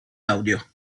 audio